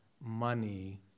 money